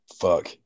fuck